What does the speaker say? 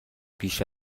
پیش